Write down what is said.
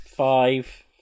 Five